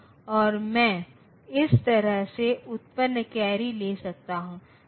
तो मेरा ऑपरेशन एक घटाव ऑपरेशन है लेकिन मैं एक जोड़ करता हूं